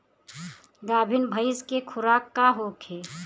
गाभिन भैंस के खुराक का होखे?